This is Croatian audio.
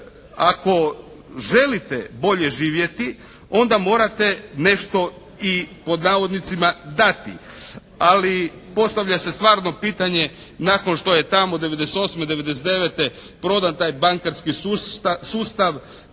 Ako želite bolje živjeti onda morate nešto i pod navodnicima "dati". Ali postavlja se stvarno pitanje nakon što je tamo '98., '99. prodan taj bankarski sustav